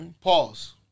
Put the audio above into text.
Pause